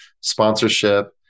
sponsorship